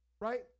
Right